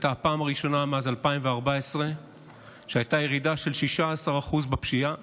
הייתה הפעם הראשונה מאז 2014 שהייתה ירידה של 16% בפשיעה